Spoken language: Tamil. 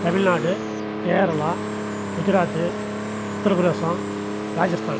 தமிழ்நாடு கேரளா குஜராத் உத்ரபிரதேஷம் ராஜஸ்தான்